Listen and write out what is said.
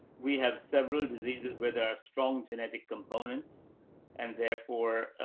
we have several diseases where there are strong genetic components and therefore,